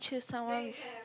choose someone with